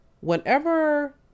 Whenever